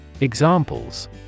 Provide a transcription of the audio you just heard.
Examples